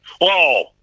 Whoa